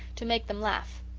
to make them laugh.